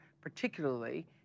particularly